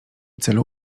celu